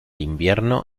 invierno